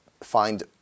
find